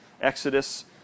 Exodus